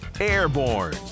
airborne